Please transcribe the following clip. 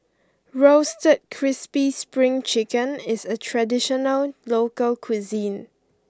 Roasted Crispy Spring Chicken is a traditional local cuisine